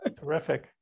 Terrific